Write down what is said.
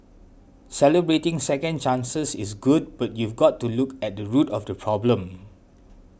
celebrating second chances is good but you've got to look at the root of the problem